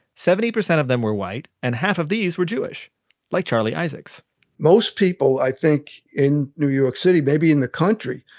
seventy percent of them were white and half of these were jewish like charlie isaacs most people, i think, in new york city, maybe in the country,